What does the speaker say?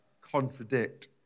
contradict